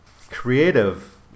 creative